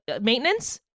maintenance